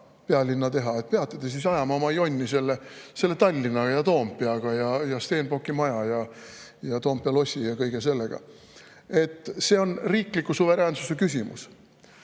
pealinna teha, peate te siis ajama oma jonni selle Tallinna ja Toompea ja Stenbocki maja ja Toompea lossi ja kõige sellega. See on riikliku suveräänsuse küsimus. Kui